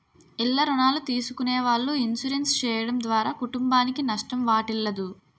ఇల్ల రుణాలు తీసుకునే వాళ్ళు ఇన్సూరెన్స్ చేయడం ద్వారా కుటుంబానికి నష్టం వాటిల్లదు